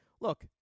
look